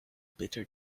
bitter